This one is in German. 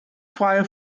frei